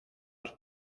του